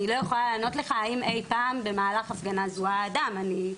אני לא יכול לענות לך אם אי-פעם במהלך הפגנה זוהה אדם.